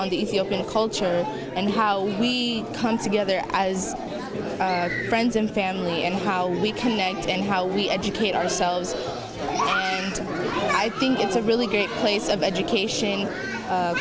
the culture and how we come together as friends and family and how we connect and how we educate ourselves i think it's a really great place of education